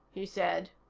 he said.